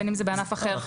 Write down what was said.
ובין אם בענף אחר.